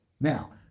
Now